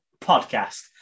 Podcast